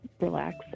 relax